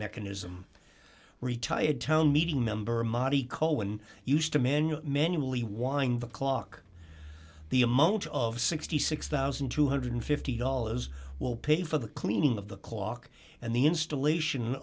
mechanism retired town meeting member madi cohen used to men men usually wind the clock the amount of sixty six thousand two hundred and fifty dollars will pay for the cleaning of the clock and the installation